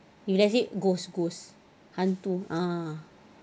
if let's say ghost ghost hantu ah